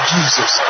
Jesus